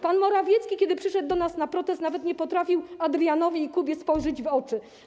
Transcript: Pan Morawiecki, kiedy przyszedł do nas na protest, nawet nie potrafił Adrianowi i Kubie spojrzeć w oczy.